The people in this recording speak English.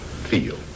feel